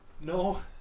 No